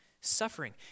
Suffering